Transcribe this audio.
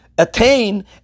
attain